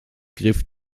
griff